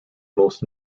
most